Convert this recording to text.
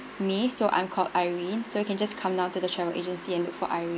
me so I'm called irene so you can just come down to the travel agency and look for irene